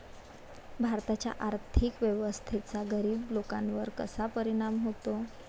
भारताच्या आर्थिक व्यवस्थेचा गरीब लोकांवर कसा परिणाम होतो?